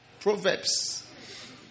proverbs